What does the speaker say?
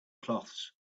cloths